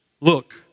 Look